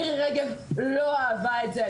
מירי רגב לא אהבה את זה,